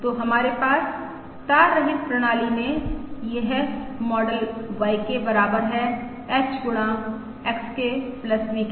तो हमारे पास तार रहित प्रणाली में यह मॉडल YK बराबर है H गुणा X K VK के